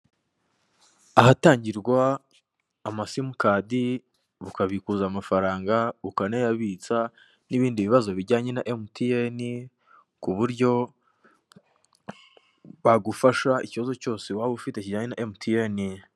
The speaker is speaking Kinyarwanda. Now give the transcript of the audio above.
Ahatangirwa amasimukadi, ukabikuza amafaranga ukanayabitsa n'ibindi bibazo bijyanye na emutiyene ku buryo bagufasha ikibazo cyose waba ufite kijyanye na emutiyene.